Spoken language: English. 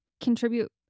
contribute